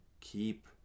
keep